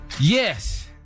Yes